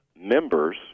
members